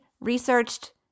researched